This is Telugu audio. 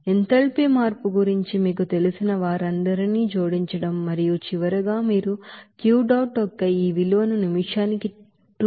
ఎంథాల్పీ మార్పు గురించి మీకు తెలిసిన వారందరినీ జోడించడం మరియు చివరగా మీరు Q dot యొక్క ఈ విలువను నిమిషానికి 2110